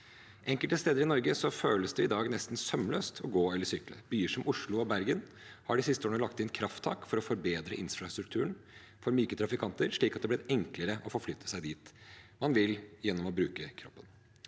Enkelte steder i Norge føles det i dag nesten sømløst å gå eller sykle. Byer som Oslo og Bergen har de siste årene lagt inn krafttak for å forbedre infrastrukturen for myke trafikanter, slik at det har blitt enklere å forflytte seg dit man vil gjennom å bruke kroppen.